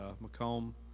Macomb